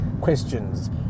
questions